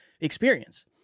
experience